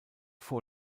vor